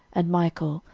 and michael,